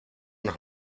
nos